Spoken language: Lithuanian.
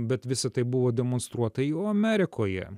bet visa tai buvo demonstruota jau amerikoje